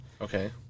okay